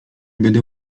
będę